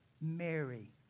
Mary